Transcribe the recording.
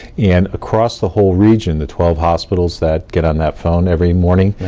and across the whole region, the twelve hospitals that get on that phone every morning,